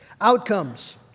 outcomes